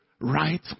right